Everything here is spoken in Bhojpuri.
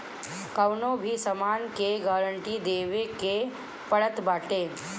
कवनो भी सामान के गारंटी देवे के पड़त बाटे